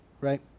right